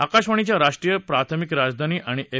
आकाशवाणीच्या राष्ट्रीय प्राथमिक राजधानी आणि एफ